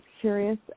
curious